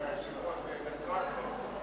התש"ע 2010,